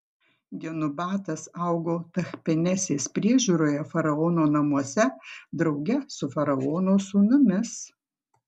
genubatas augo tachpenesės priežiūroje faraono namuose drauge su faraono sūnumis